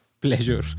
pleasure